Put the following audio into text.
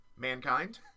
Mankind